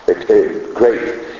great